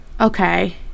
Okay